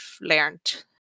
learned